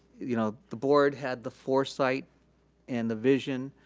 you know the board had the foresight and the vision